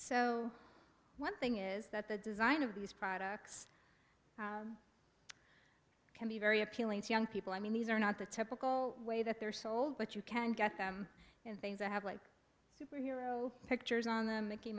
so one thing is that the design of these products can be very appealing to young people i mean these are not the typical way that they're sold but you can get them in things that have like pictures on them mickey